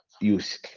use